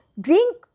Drink